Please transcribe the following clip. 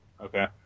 Okay